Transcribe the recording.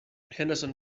henderson